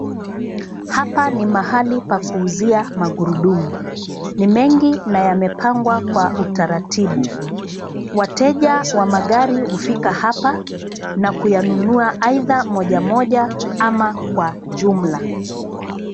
Hapa ni mahali pa kuuzia magurudumu. Ni mengi na yamepangwa kwa utaratibu. Wateja wa magari hufika hapa na kuyanumua aidha moja moja ama kwa jumla.